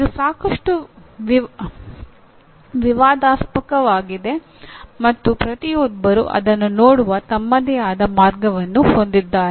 ಇದು ಸಾಕಷ್ಟು ವಿವಾದಾಸ್ಪದವಾಗಿದೆ ಮತ್ತು ಪ್ರತಿಯೊಬ್ಬರೂ ಅದನ್ನು ನೋಡುವ ತಮ್ಮದೇ ಆದ ಮಾರ್ಗವನ್ನು ಹೊಂದಿರುತ್ತಾರೆ